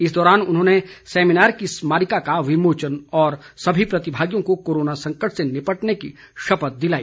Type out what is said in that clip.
इस दौरान उन्होंने सैमीनार की स्मारिका का विमोचन किया और सभी प्रतिभागियों को कोरोना संकट से निपटने की शपथ दिलाई